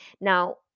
Now